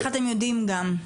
איך אתם יודעים גם?